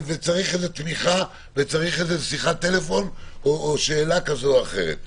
וצריך תמיכה או שיחת טלפון או שאלה כזו או אחרת.